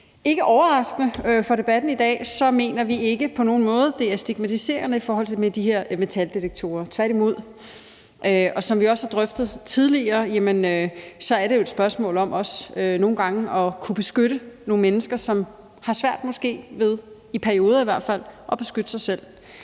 Ikke overraskende for debatten i dag mener vi ikke på nogen måde, det er stigmatiserende med de her metaldetektorer, tværtimod. Som vi også har drøftet tidligere, er det nogle gange også et spørgsmål om at kunne beskytte nogle mennesker, som måske har svært ved – i perioder